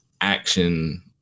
action